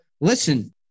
listen